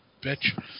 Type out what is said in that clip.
bitch